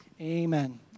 Amen